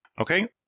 Okay